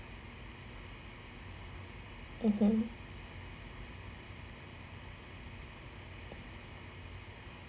(uh huh)